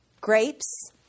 Grapes